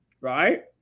right